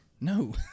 No